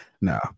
no